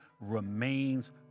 remains